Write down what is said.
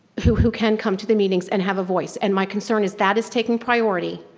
who who can come to the meetings and have a voice and my concern is that is taking priority,